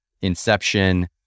inception